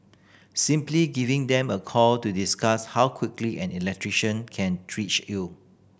simply giving them a call to discuss how quickly an electrician can reach you